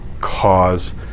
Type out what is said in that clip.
cause